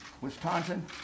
Wisconsin